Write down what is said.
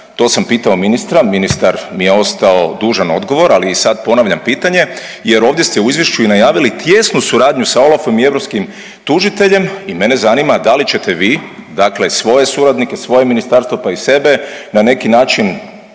to sam pitao ministra, ministar mi je ostao dužan odgovor, ali i sad ponavljam pitanje jer ovdje ste u izvješću i najavili tijesnu suradnju sa OLAF-om i europskim tužiteljem i mene zanima da li ćete vi dakle svoje suradnike, svoje ministarstvo pa i sebe na neki način